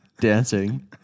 dancing